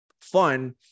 fun